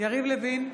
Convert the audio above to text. יריב לוין,